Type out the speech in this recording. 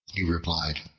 he replied,